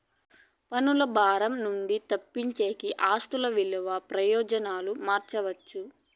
పన్నుల భారం నుండి తప్పించేకి ఆస్తి విలువ ప్రయోజనాలు మార్చవచ్చు